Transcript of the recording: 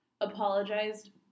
apologized